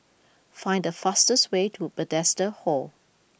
find the fastest way to Bethesda Hall